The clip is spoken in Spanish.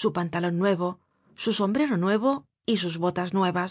su pantalon nuevo su sombrero nuevo y sus botas nuevas